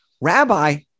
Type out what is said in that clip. Rabbi